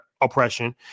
oppression